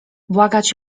błagać